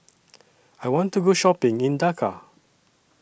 I want to Go Shopping in Dhaka